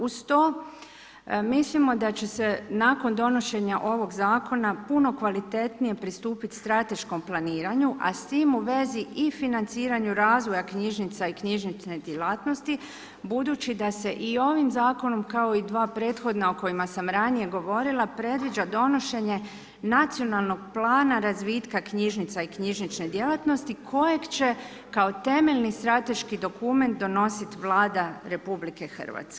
Uz to mislimo da će se nakon donošenja ovog zakona puno kvalitetnije pristupiti strateškom planiranju a s time u vezi i financiranju razvoja knjižnica i knjižnične djelatnosti budući da se i ovim zakonom kao i dva prethodna o kojima sam ranije govorila predviđa donošenje nacionalnog plana razvitka knjižnica i knjižnične djelatnosti kojeg će kao temeljni strateški dokument donositi Vlada RH.